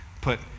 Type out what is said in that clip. put